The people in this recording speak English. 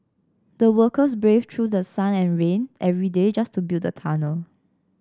the workers braved through sun and rain every day just to build the tunnel